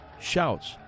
Shouts